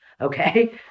okay